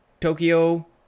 Tokyo